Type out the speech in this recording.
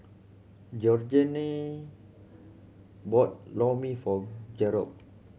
Georgene bought Lor Mee for Gerold